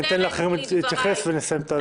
ניתן לאחרים להתייחס ונסיים את האירוע.